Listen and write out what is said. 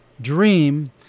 dream